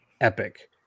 epic